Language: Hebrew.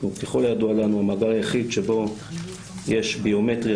ככל הידוע לנו אנחנו המאגר היחיד שבו יש ביומטריה